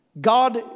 God